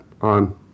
on